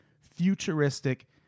futuristic